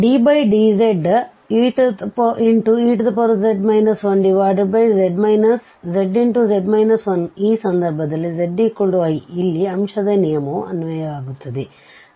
ddz ez 1zz 1 ಈ ಸಂದರ್ಭದಲ್ಲಿ z i ಇಲ್ಲಿ ಅಂಶದ ನಿಯಮವು ಅನ್ವಯವಾಗುತ್ತದೆ